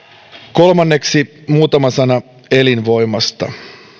kolmanneksi muutama sana elinvoimasta